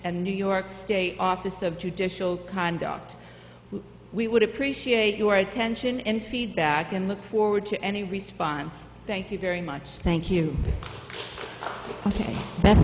and new york state office of judicial conduct we would appreciate your attention and feedback and look forward to any response thank you very much thank you ok that's